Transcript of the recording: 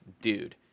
dude